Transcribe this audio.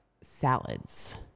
salads